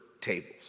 tables